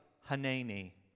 Hanani